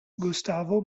gustavo